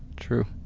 true.